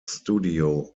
studio